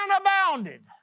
abounded